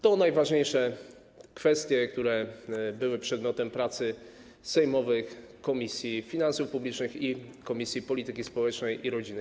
To najważniejsze kwestie, które były przedmiotem pracy sejmowych Komisji Finansów Publicznych oraz Komisji Polityki Społecznej i Rodziny.